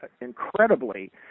incredibly